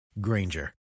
granger